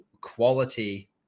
quality